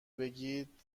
بگید